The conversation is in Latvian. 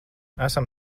esam